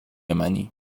منی